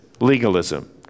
legalism